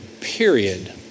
period